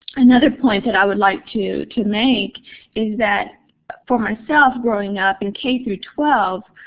another point that i would like to to make is that for myself growing up in k through twelve,